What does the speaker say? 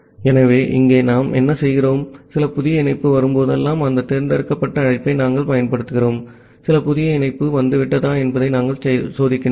ஆகவே இங்கே நாம் என்ன செய்கிறோம் சில புதிய இணைப்பு வரும் போதெல்லாம் அந்த தேர்ந்தெடுக்கப்பட்ட அழைப்பை நாங்கள் பயன்படுத்துகிறோம் சில புதிய இணைப்பு வந்துவிட்டதா என்பதை நாங்கள் சோதிக்கிறோம்